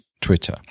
Twitter